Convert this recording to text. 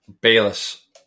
Bayless